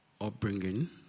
upbringing